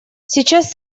сейчас